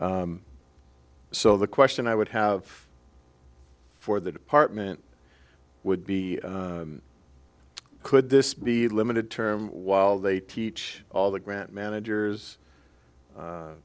so the question i would have for the department would be could this be limited term while they teach all the grant managers